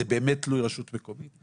זה באמת תלוי רשות מקומית,